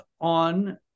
on